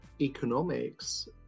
economics